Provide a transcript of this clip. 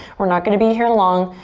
we're not going to be here long.